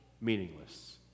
meaningless